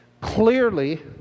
clearly